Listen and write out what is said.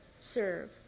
serve